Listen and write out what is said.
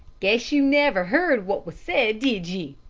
guess ye never heard what was said, did ye?